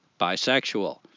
bisexual